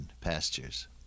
pastures